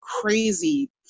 crazy